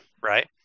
Right